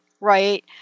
right